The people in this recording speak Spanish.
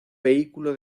vehículo